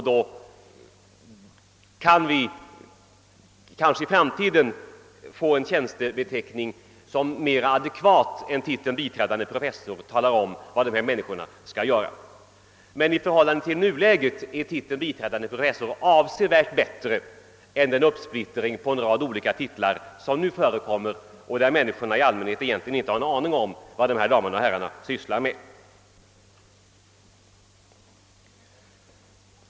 Då kan vi kanske i framtiden få en tjänstebenämning som mera adekvat än titeln biträdande professor talar om vad dessa människor skall göra. Men i förhållande till nuläget är titeln biträdande professor avsevärt bättre än den uppsplittring på en rad olika titlar som nu förekommer och som innebär att människorna i allmänhet inte har en aning om vad dessa damer och herrar sysslar med.